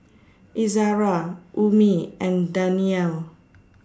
Izara Ummi and Danial